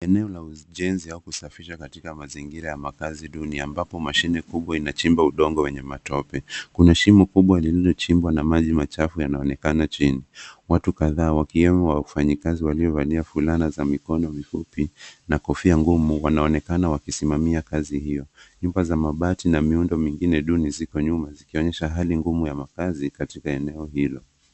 Eneo la ujenzi au kusafisha katika mazingira ya makaazi duni ambapo mashine kubwa inachimba udongo wenye matope. Kuna shimo kubwa lililochimbwa na maji machafu yanaonekana chini. Watu kadhaa wakiwemo wafanyikazi wenye fulana zenye mikono mifupi na kofia ngumu wanaonekana wakisimamia kazi hiyo. Nyuma za mabati na miundo mingine duni ziko nyuma zikionyesha hali ngumu ya makaazi katika eneo hilo.